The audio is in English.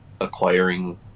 acquiring